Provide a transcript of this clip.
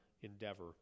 endeavor